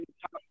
top